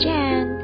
Jan